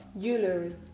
Jewelry